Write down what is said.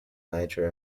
niger